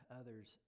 others